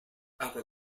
aunque